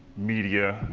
media,